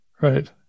Right